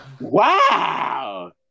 Wow